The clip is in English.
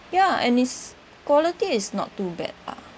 ya and its quality is not too bad lah